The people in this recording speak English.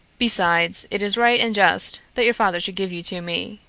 besides, it is right and just that your father should give you to me.